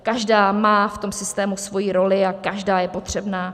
Každá má v systému svoji roli a každá je potřebná.